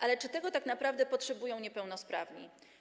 Ale czy tego tak naprawdę potrzebują niepełnosprawni?